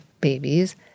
babies